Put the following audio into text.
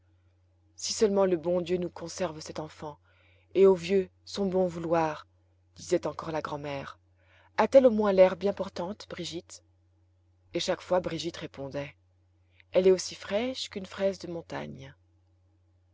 si seulement le bon dieu nous conserve cette enfant et au vieux son bon vouloir disait encore la grand'mère a-t-elle au moins l'air bien portante brigitte et chaque fois brigitte répondait elle est aussi fraîche qu'une fraise de montagne